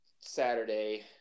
Saturday